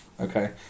Okay